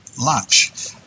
lunch